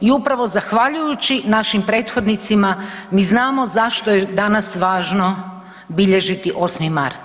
I upravo zahvaljujući našim prethodnicima, mi znamo zašto je danas važno bilježiti 8. mart.